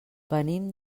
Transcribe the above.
venim